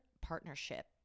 partnership